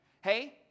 hey